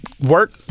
Work